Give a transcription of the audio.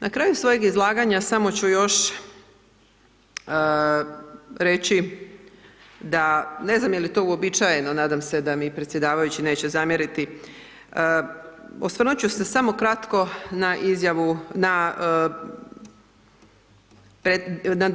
Na kraju svojeg izlaganje, samo ću još reći da, ne znam je li to uobičajeno, nadam se da mi predsjedavajući neće zamjeriti, osvrnut ću se samo kratko na izjavu, na